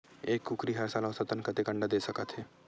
एक कुकरी हर साल औसतन कतेक अंडा दे सकत हे?